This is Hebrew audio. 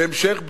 והמשך בדיקה.